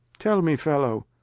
tell me. fellow,